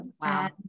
Wow